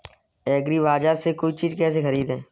एग्रीबाजार से कोई चीज केसे खरीदें?